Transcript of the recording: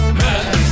man